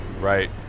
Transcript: right